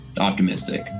optimistic